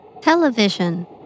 Television